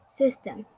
system